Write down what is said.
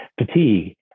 fatigue